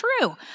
true